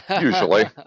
usually